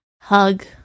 hug